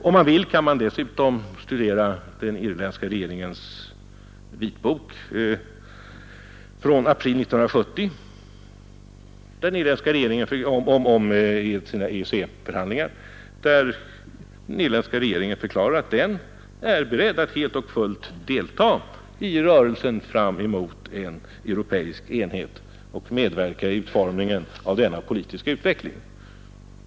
Om man vill kan man dessutom studera den irländska regeringens vitbok från april 1970 om EEC-förhandlingarna. Den irländska regeringen förklarar där att den är beredd att helt och hållet delta i rörelsen fram emot en europeisk enhet och medverka i utformningen av denna politiska utveckling.